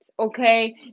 Okay